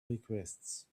requests